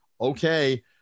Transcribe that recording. Okay